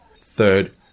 Third